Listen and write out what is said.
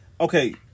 Okay